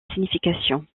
significations